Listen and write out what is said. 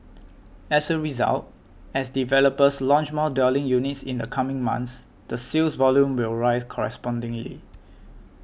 as a result as developers launch more dwelling units in the coming months the sales volume will rise correspondingly